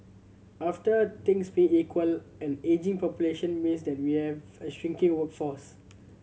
after things being equal an ageing population means that we have a shirking workforce